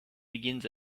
begins